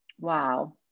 Wow